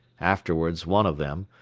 afterwards one of them,